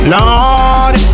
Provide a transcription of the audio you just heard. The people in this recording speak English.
Lord